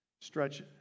stretch